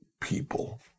people